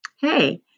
Hey